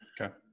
Okay